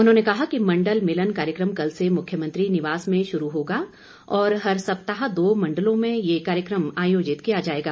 उन्होंने कहा कि मंडल मिलन कार्यक्रम कल से मुख्यमंत्री निवास में शुरू होगा और हर सप्ताह दो मंडलों में ये कार्यक्रम आयोजित किया जाएगा